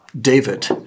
David